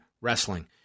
wrestling